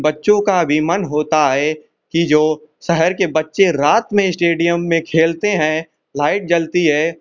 बच्चों का भी मन होता है कि जो शहर के बच्चे रात में इस्टेडियम में खेलते हैं लाइट जलती है